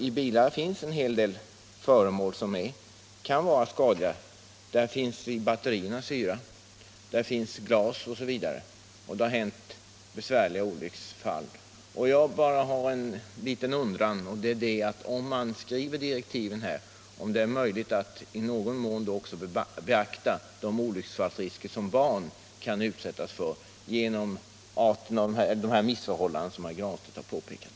I bilar finns en hel del föremål som kan vara skadliga — där finns syra i batterierna, där finns glas osv. — och det har inträffat svåra olycksfall. Jag undrar nu om det, när man skriver direktiven för utredningen, är möjligt att också beakta de olycksfallsrisker som barn kan utsättas för på grund av sådana missförhållanden som herr Granstedt har påpekat.